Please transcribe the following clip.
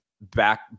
back